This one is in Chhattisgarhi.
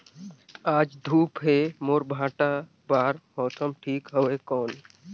आज धूप हे मोर भांटा बार मौसम ठीक हवय कौन?